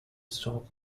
stock